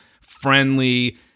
friendly